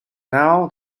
now